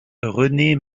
renée